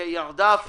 אפילו ירדה.